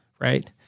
Right